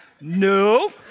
No